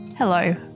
Hello